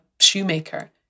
shoemaker